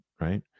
Right